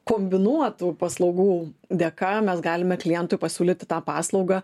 kombinuotų paslaugų dėka mes galime klientui pasiūlyti tą paslaugą